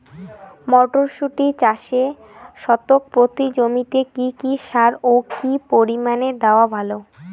মটরশুটি চাষে শতক প্রতি জমিতে কী কী সার ও কী পরিমাণে দেওয়া ভালো?